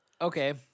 Okay